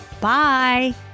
Bye